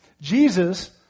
Jesus